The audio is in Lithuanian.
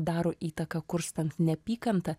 daro įtaką kurstant neapykantą